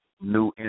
new